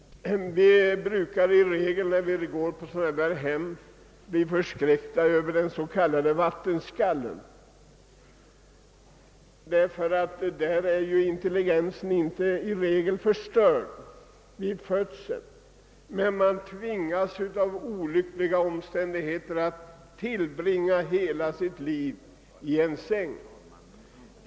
När vi besöker sådana hem brukar vi bli förskräckta över den s.k. vattenskallen. Den som drabbats därav får i regel inte sin intelligens förstörd vid födseln men tvingas av olyckliga omständigheter att tillbringa hela sitt liv i en säng.